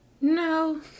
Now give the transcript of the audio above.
No